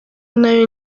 nayo